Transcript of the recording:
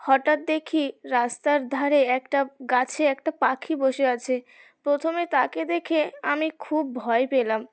হঠাৎ দেখি রাস্তার ধারে একটা গাছে একটা পাখি বসে আছে প্রথমে তাকে দেখে আমি খুব ভয় পেলাম